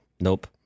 nope